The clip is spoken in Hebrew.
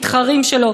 מתחרים שלו,